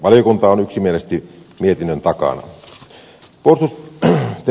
valiokunta on yksimielisesti mietinnön takana